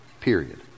period